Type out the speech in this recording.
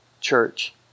church